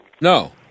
No